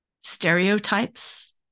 stereotypes